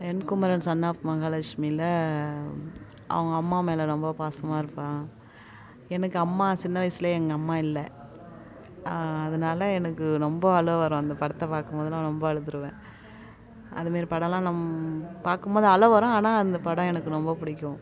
N Kumaran son of மஹாலெட்சுமியில் அவங்க அம்மா மேலே ரொம்ப பாசமாக இருப்பான் எனக்கு அம்மா சின்ன வயசுலேயே எங்கள் அம்மா இல்லை அதனால எனக்கு ரொம்ப அழுவ வரும் அந்த படத்தைப் பார்க்கும்போதுலாம் ரொம்ப அழுதுருவேன் அதுமாரி படம்லாம் பார்க்கும்போது அழ வரும் ஆனால் அந்த படம் எனக்கு ரொம்ப பிடிக்கும்